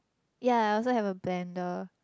yea I also have a blender